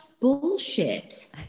bullshit